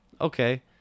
okay